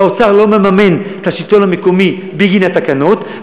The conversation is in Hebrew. והאוצר לא מממן את השלטון המקומי בגין התקנות,